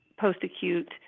post-acute